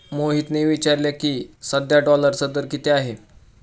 मोहितने विचारले की, सध्या डॉलरचा दर किती आहे?